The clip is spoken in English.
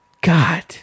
god